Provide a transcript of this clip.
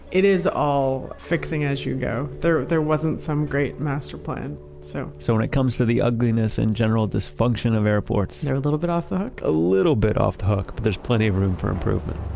it is all fixing as you go. there wasn't some great master plan so so when it comes to the ugliness and general dysfunction of airports they're a little bit off the hook? a little bit off the hook. but there's plenty of room for improvement